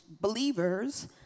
believers